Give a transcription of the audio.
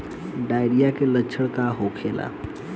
Diarrhoea के लक्षण का होला?